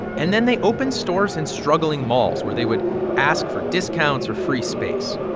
and then they opened stores in struggling malls, where they would ask for discounts or free space.